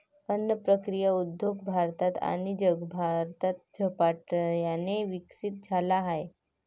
अन्न प्रक्रिया उद्योग भारतात आणि जगभरात झपाट्याने विकसित झाला आहे